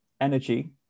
energy